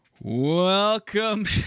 Welcome